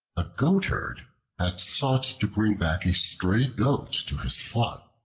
a goatherd had sought to bring back a stray goat to his flock.